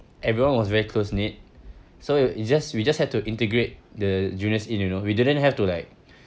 everyone was very close knit so it's just we just had to integrate the juniors in you know we didn't have to like